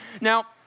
now